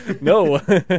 no